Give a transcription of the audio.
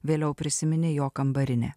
vėliau prisiminė jo kambarinę